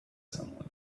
someone